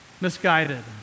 Misguided